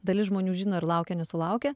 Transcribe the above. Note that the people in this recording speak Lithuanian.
dalis žmonių žino ir laukia nesulaukia